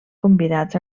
convidats